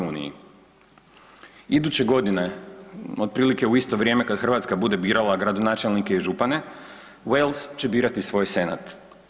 Iduće godine, otprilike u isto vrijeme kad Hrvatska bude birala gradonačelnike i župane, Wales će birati svoj senat.